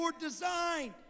designed